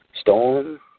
Storm